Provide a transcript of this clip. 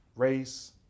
Race